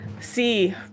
see